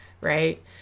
right